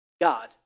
God